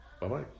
Bye-bye